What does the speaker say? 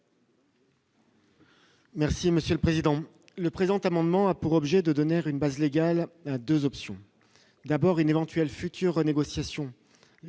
Merci monsieur le président, le présent amendement a pour objet de donnèrent une base légale à 2 options : d'abord une éventuelle future renégociation